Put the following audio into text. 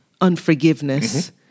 unforgiveness